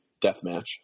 deathmatch